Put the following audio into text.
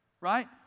right